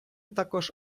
також